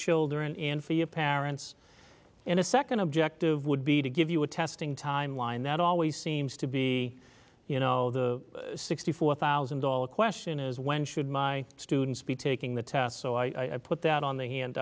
children and for your parents in a second objective would be to give you a testing timeline that always seems to be you know the sixty four thousand dollars question is when should my students be taking the test so i put that on the